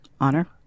Honor